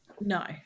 No